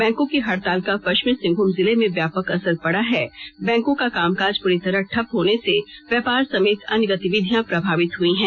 बैंकों की हड़ताल का पश्चिमी सिंहभूम जिले में व्यापक असर पड़ा है बैंकों का कामकाज पूरी तरह ठप होने से व्यापार समेत अन्य गतिविधियां प्रभावित हुई हैं